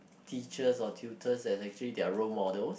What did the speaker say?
teachers or tutors as actually their role models